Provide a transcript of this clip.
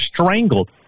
strangled